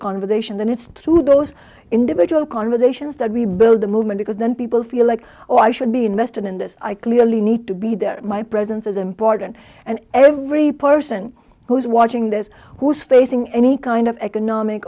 conversation then it's through those individual conversations that we build the movement because then people feel like oh i should be invested in this i clearly need to be there my presence is important and every person who's watching this who is facing any kind of economic